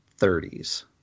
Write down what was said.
30s